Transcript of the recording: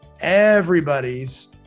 everybody's